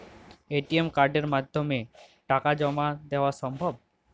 ATM কার্ডের মাধ্যমে টাকা জমা দেওয়া সম্ভব?